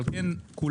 אבל כן כולנו,